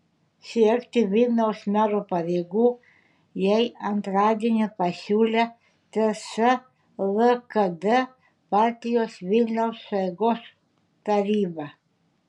siekti vilniaus mero pareigų jai antradienį pasiūlė ts lkd partijos vilniaus sueigos taryba